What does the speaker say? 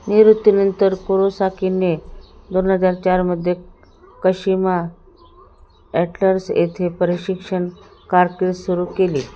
निवृत्तीनंतर कोरोसाकीने दोन हजार चारमध्ये कशिमा ॲटलर्स येथे प्रशिक्षण कारकिस सुरू केली